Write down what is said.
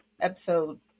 episode